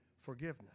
forgiveness